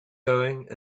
going